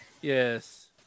Yes